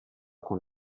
con